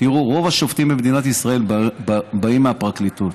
רוב השופטים באים מפרקליטות.